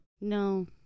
No